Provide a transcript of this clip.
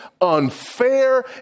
unfair